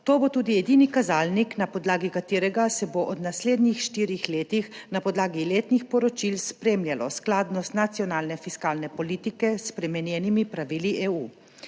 To bo tudi edini kazalnik na podlagi katerega se bo v naslednjih štirih letih na podlagi letnih poročil spremljalo skladnost nacionalne fiskalne politike s spremenjenimi pravili EU.